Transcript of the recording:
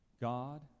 God